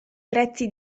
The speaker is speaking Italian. prezzi